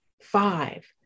five